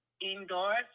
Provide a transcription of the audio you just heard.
indoors